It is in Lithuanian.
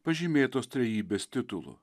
pažymėtos trejybės titulu